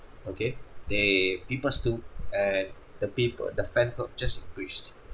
okay they peep us to at the paper the fan club just embraced